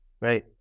Right